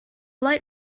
light